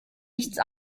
nichts